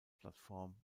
plattform